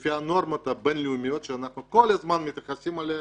לפי הנורמות הבינלאומיות שאנחנו כל הזמן מתייחסים אליהם,